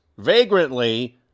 vagrantly